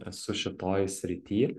esu šitoj srityj